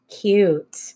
Cute